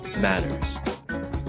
matters